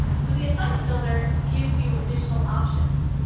so the assignment builder gives you additional options.